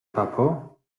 papo